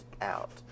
out